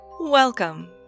Welcome